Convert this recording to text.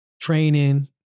training